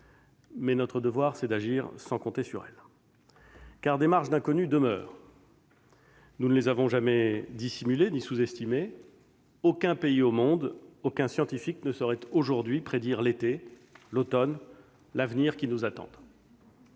mais notre devoir est d'agir sans compter sur cette dernière, car des marges d'incertitudes, que nous n'avons jamais dissimulées ni sous-estimées, demeurent. Aucun pays au monde, aucun scientifique ne saurait aujourd'hui prédire l'été, l'automne, l'avenir qui nous attendent.